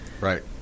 Right